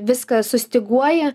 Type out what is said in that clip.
viską sustyguoji